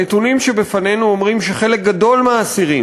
הנתונים שלפנינו אומרים שחלק גדול מהאסירים